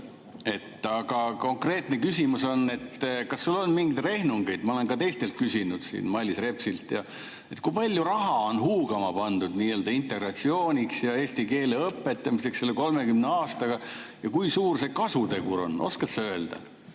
Aga konkreetne küsimus on, et kas sul on mingeid rehnungeid – ma olen ka teistelt küsinud siin, Mailis Repsilt ja [teistelt] –, kui palju raha on huugama pandud nii-öelda integratsiooniks ja eesti keele õpetamiseks selle 30 aastaga ja kui suur see kasutegur on olnud. Oskad sa öelda,